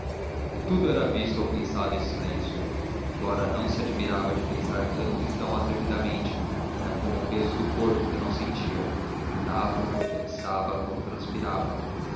isto era visto ou pensado em silêncio flora não se admirava de pensar tanto e tão atrevidamente era como o peso do corpo que não sentia andava pensava como transpirava